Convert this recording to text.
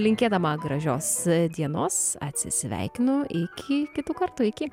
linkėdama gražios dienos atsisveikinu iki kitų kartų iki